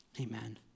amen